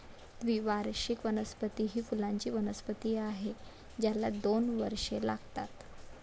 द्विवार्षिक वनस्पती ही फुलांची वनस्पती आहे ज्याला दोन वर्षे लागतात